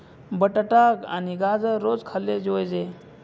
बटाटा आणि गाजर रोज खाल्ले जोयजे